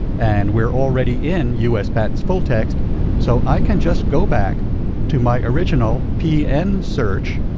and we're already in us patents fulltext so i can just go back to my original pn search,